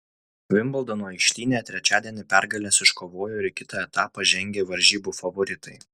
vimbldono aikštyne trečiadienį pergales iškovojo ir į kitą etapą žengė varžybų favoritai